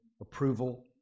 approval